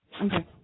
Okay